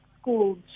schools